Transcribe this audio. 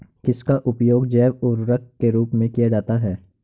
किसका उपयोग जैव उर्वरक के रूप में किया जाता है?